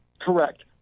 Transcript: Correct